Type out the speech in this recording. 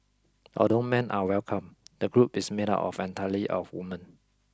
although men are welcome the group is made up entirely of woman